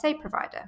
provider